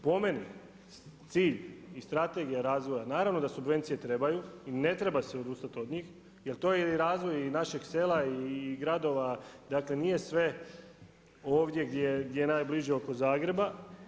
Po meni cilj i strategija razvoja, naravno da subvencije trebaju i ne treba se odustati od njih jer to je i razvoj našeg sela i gradova, dakle nije sve ovdje gdje je najbliže oko Zagreba.